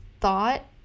thought